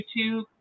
YouTube